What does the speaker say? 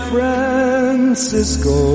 Francisco